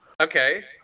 Okay